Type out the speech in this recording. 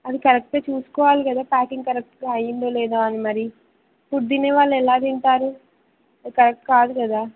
అది కరెక్ట్గా చూసుకోవాలి కదా ప్యాకింగ్ కరెక్ట్గా అయ్యిందో లేదో అని మరి ఫుడ్ తినే వాళ్ళు ఎలా తింటారు అది కరెక్ట్ కాదు కదా